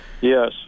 Yes